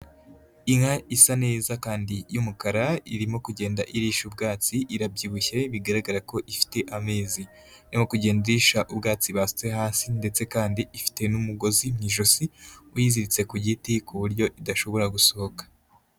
Inka isa neza kandi y'umukara, irimo kugenda irisha ubwatsi, irabyibushye bigaragara ko ifite amezi. Irimo kugenda irisha ubwatsi basutse hasi ndetse kandi ifite n'umugozi mu ijosi uyiziritse ku giti ku buryo idashobora gusohoka.